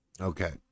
Okay